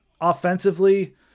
Offensively